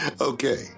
Okay